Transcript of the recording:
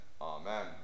Amen